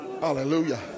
Hallelujah